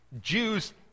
Jews